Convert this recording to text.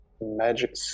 magic